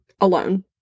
alone